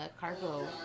cargo